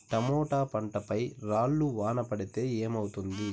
Tomato పంట పై రాళ్లు వాన పడితే ఏమవుతుంది?